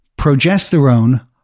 progesterone